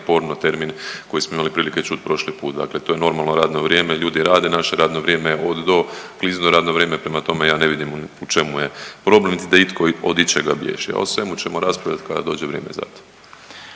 porno termin koji smo imali prilike čuti prošli put. Dakle to je normalno radno vrijeme, ljudi rade, naše vrijeme radno vrijeme je od-do, klizno radno vrijeme, prema tome, ja ne vidim u čemu problem da itko od ičega bježi, a o svemu ćemo raspravljati kada dođe vrijeme za to.